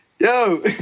yo